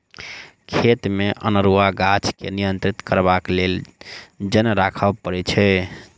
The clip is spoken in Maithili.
खेतमे अनेरूआ गाछ के नियंत्रण करबाक लेल जन राखय पड़ैत छै